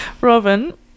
Robin